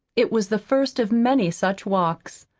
it was the first of many such walks.